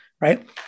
Right